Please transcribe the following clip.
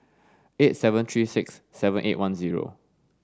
eight seven three six seven eight one zero